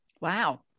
wow